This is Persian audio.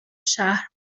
شهر